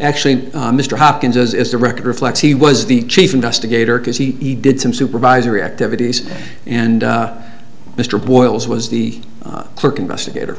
actually mr hopkins is the record reflects he was the chief investigator because he did some supervisory activities and mr boyles was the clerk investigator